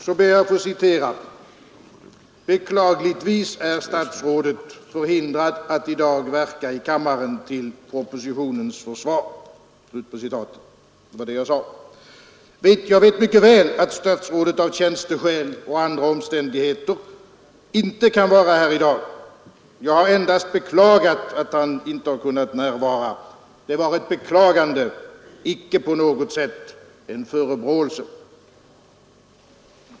Jag ber vidare att få citera följande ur det som jag tidigare sade: ”Beklagligtvis är statsrådet förhindrad att i dag verka i kammaren till sin propositions försvar.” Jag vet mycket väl att statsrådet Moberg av tjänsteskäl och på grund av andra omständigheter inte kan vara här i dag. Jag har endast beklagat att han inte har kunnat närvara. Det är ett beklagande, icke på något sätt en förebråelse.